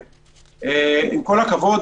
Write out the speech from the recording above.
עם כל הכבוד,